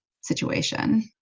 situation